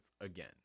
again